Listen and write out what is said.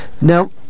now